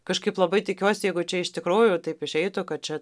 kažkaip labai tikiuosi jeigu čia iš tikrųjų taip išeitų kad čia